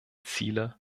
ziele